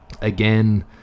Again